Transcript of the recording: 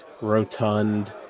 rotund